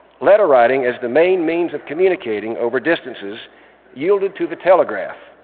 letter-writing as the main means of communicating over distances yielded to the telegraph,